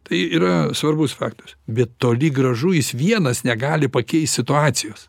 tai yra svarbus faktas bet toli gražu jis vienas negali pakeist situacijos